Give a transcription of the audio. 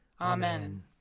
Amen